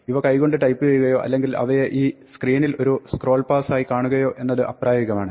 ഇവ കൈ കൊണ്ട് ടൈപ്പ് ചെയ്യുകയോ അല്ലെങ്കിൽ അവയെ ഈ സ്ക്രീനിൽ ഒരു സ്ക്രോൾ പാസ്സ് ആയി കാണുകയോ എന്നത് അപ്രായോഗികമാണ്